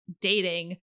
dating